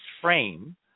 frame